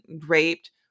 raped